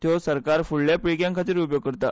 त्यो प सरकार फुडल्या पिळग्यांखातीर उब्यो करता